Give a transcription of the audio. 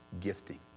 gifting